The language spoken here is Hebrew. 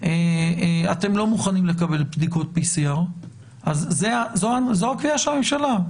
אתם לא מוכנים לקבל בדיקות PCR אז זו הקביעה של הממשלה.